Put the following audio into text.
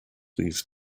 these